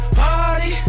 party